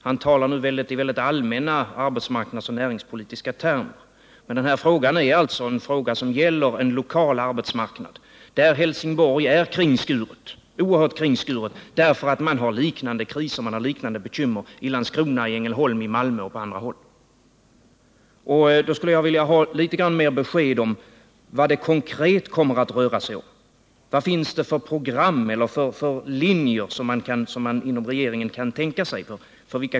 Han talar nu i mycket allmänna arbetsmarknadsoch näringspolitiska termer, men denna fråga gäller en lokal arbetsmarknad, där Helsingborg är oerhört kringskuret på grund av att det finns liknande kriser och bekymmer i Landskrona, Ängelholm, Malmö och på andra håll. Jag skulle då vilja ha mera besked om vad det konkret kommer att röra sig om. Vilka program eller linjer för konkreta åtgärder finns det som regeringen kan tänka sig?